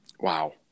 Wow